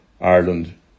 Ireland